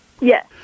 Yes